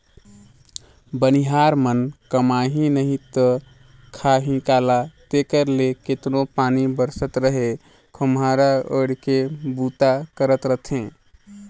बनिहार मन कमाही नही ता खाही काला तेकर ले केतनो पानी बरसत रहें खोम्हरा ओएढ़ के बूता करत रहथे